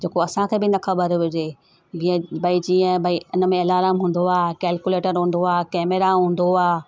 जेको असांखे बि न ख़बर हुजे जीअं भाई जीअं भाई हुन में अलारम हूंदो आहे केल्कुलेटर हूंदो आहे कैमरा हूंदो आहे